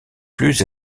plus